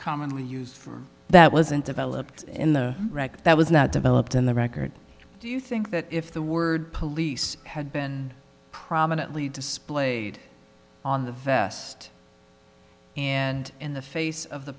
commonly used for that wasn't developed in the wreck that was not developed in the record do you think that if the word police had been prominently displayed on the vest and in the face of the